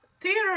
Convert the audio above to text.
Theater